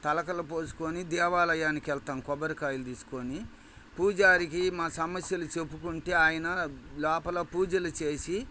తలలకు పోసుకొని దేవాలయానికి వెళ్తాము కొబ్బరికాయలు తీసుకొని పూజారికి మా సమస్యలు చెప్పుకుంటే ఆయన లోపల పూజలు చేసి